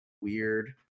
weird